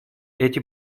эти